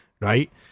right